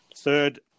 third